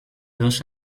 dos